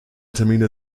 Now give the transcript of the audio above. termine